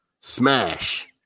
smash